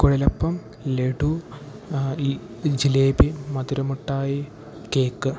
കുഴലപ്പം ലഡു ഈ ഈ ജിലേബി മധുര മുട്ടായി കേക്ക്